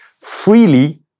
freely